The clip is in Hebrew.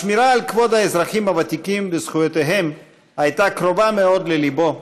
השמירה על כבוד האזרחים הוותיקים וזכויותיהם הייתה קרובה מאוד לליבו,